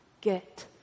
get